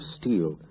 steel